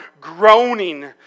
groaning